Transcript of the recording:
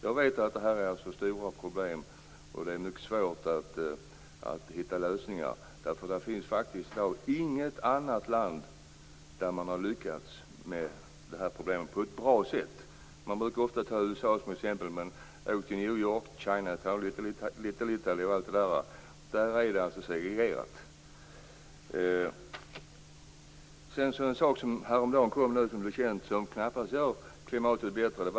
Jag vet att det gäller stora problem och att det är mycket svårt att hitta lösningar på dem. Man har faktiskt inte i något annat land lyckats lösa det här problemet på ett bra sätt. Man brukar ofta anföra USA som ett exempel, men åk till New York med Chinatown, Little Italy osv.! Det är ett segregerat samhälle. Häromdagen blev ett exempel som knappast gör klimatet bättre känt.